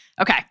Okay